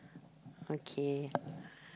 okay